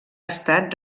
estat